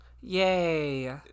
Yay